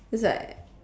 is like